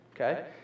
okay